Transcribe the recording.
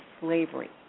slavery